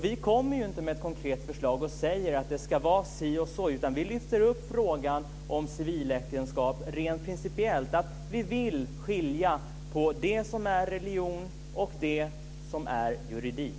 Vi kommer inte med ett konkret förslag och säger att det ska vara si och så, utan vi lyfter upp frågan om civilt äktenskap rent principiellt. Vi vill skilja på det som är religion och det som är juridik.